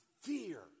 fear